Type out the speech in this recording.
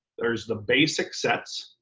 there's the basic sets.